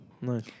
Nice